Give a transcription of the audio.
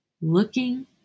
Looking